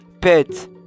pet